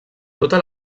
tota